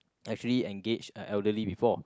actually engaged a elderly before